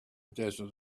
desert